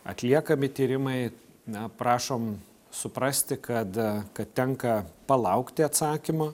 atliekami tyrimai na prašom suprasti kada kad tenka palaukti atsakymo